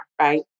right